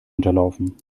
unterlaufen